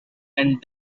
and